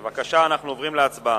בבקשה, אנחנו עוברים להצבעה.